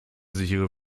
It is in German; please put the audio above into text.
sichere